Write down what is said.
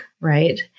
Right